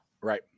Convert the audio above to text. right